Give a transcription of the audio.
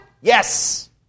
Yes